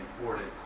important